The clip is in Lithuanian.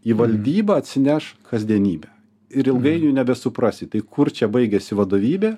į valdybą atsineš kasdienybę ir ilgainiui nebesuprasi tai kur čia baigiasi vadovybė